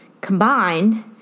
combined